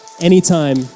anytime